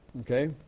okay